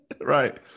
Right